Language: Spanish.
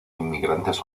inmigrantes